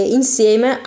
insieme